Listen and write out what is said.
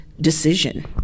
decision